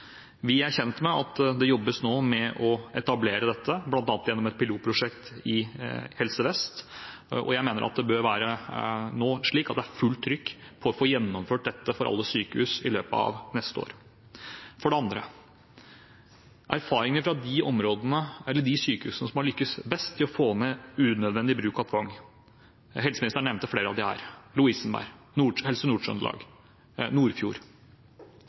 Vi er kjent med at det nå jobbes med å etablere dette, bl.a. gjennom et pilotprosjekt i Helse Vest, og jeg mener at det bør være fullt trykk på å få gjennomført dette for alle sykehus i løpet av neste år. For det andre er det erfaringer fra de sykehusene som har lykkes best med å få ned unødvendig bruk av tvang. Helseministeren nevnte flere av dem her: Lovisenberg, Helse Nord-Trøndelag og Nordfjord.